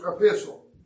epistle